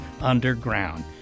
underground